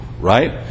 right